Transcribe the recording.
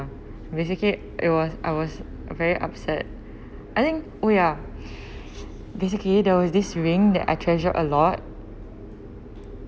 basically it was I was very upset I think we are basically there was this ring that I treasure a lot